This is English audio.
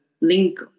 link